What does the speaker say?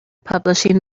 publishing